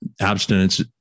abstinence